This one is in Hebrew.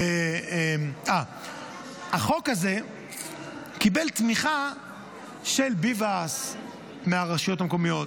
החוק הזה קיבל תמיכה של ביבס מהרשויות המקומיות,